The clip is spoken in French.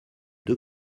deux